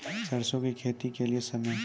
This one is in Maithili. सरसों की खेती के लिए समय?